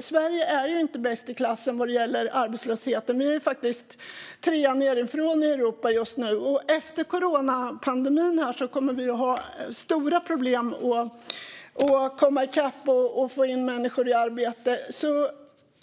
Sverige är inte bäst i klassen vad gäller arbetslösheten. Vi är faktiskt trea nedifrån i Europa just nu. Efter coronapandemin kommer vi att ha stora problem att komma i kapp och få in människor i arbete.